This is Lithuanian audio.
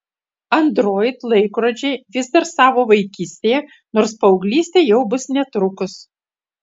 android laikrodžiai vis dar savo vaikystėje nors paauglystė jau bus netrukus